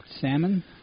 Salmon